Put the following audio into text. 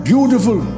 beautiful